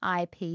IP